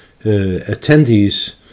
attendees